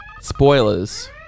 Spoilers